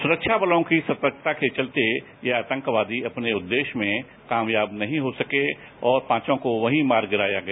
सुरक्षाबलों की सतर्कता के चलते यह आतंकवादी अपने उद्देश्य में कामयाब नहीं हो सके और पांचों को वही मार गिराया गया